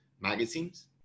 magazines